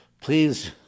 Please